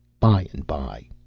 by and by.